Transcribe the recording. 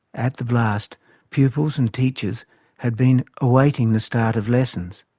at the blast pupils and teachers had been awaiting the start of lessons